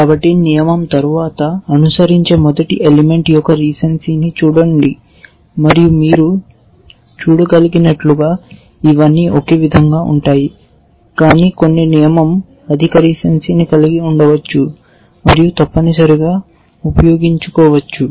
కాబట్టి నియమం తరువాత అనుసరించే మొదటి ఎలిమెంట్ యొక్క రీసెన్సీని చూడండి మరియు మీరు చూడగలిగినట్లుగా ఇవన్నీ ఒకే విధంగా ఉంటాయి కానీ కొన్ని నియమం అధిక రీసెన్సీని కలిగి ఉండవచ్చు మరియు తప్పనిసరిగా ఉపయోగించుకోవచ్చు